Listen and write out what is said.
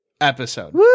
episode